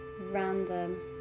random